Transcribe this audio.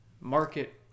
market